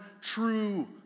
true